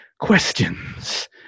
questions